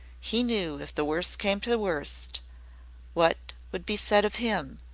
he knew if the worst came to the worst what would be said of him,